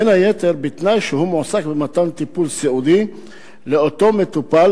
בין היתר בתנאי שהוא מועסק במתן טיפול סיעודי לאותו מטופל,